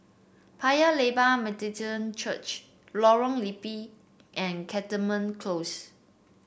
Paya Lebar Methodist Church Lorong Liput and Cantonment Close